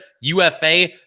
UFA